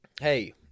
Hey